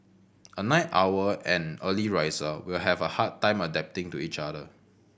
a night owl and early riser will have a hard time adapting to each other